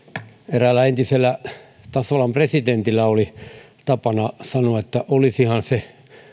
eräällä entisellä tasavallan presidentillä oli tapana sanoa että olisihan se